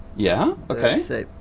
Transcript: yeah, okay,